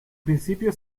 principio